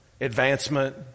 advancement